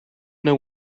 know